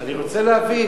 אני רוצה להבין.